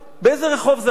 באיזה רחוב זה היה?